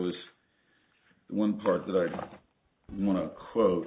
the one part that i want to quote